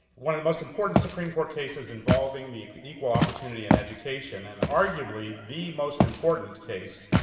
one of the most important supreme court cases involving the equal opportunity in education and arguably the most important case,